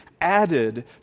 added